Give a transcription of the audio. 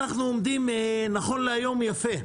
אנחנו עומדים נכון להיום יפה.